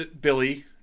Billy